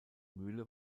mühle